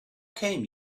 came